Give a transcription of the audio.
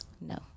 no